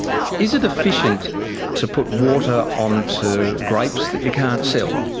is it efficient to put water onto grapes that you can't sell?